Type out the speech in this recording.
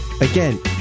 again